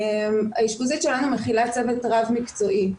האשפוזית שלנו מכילה צוות רב מקצועי,